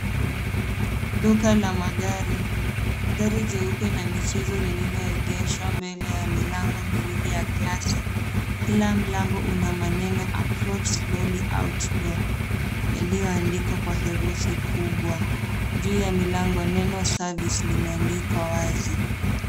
Duka la magari, gari jeupe la michezo liloegeshwa mbele ya milango miwili ya glasi, kila mlango una maneno approach slowly outdoor yaliyo andikwa kwa herufi kubwa. Juu ya milango neno service lime andikwa wazi.